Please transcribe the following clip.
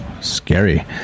scary